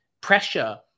pressure